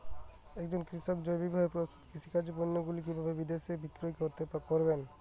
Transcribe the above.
একজন কৃষক জৈবিকভাবে প্রস্তুত কৃষিজাত পণ্যগুলি কিভাবে বিদেশে বিক্রি করবেন?